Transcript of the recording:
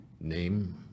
name